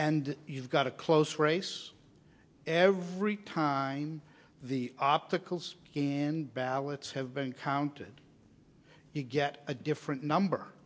and you've got a close race every time the obstacles and ballots have been counted you get a different number